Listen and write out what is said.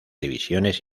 divisiones